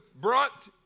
brought